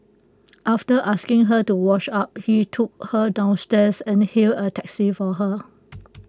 after asking her to wash up he took her downstairs and hailed A taxi for her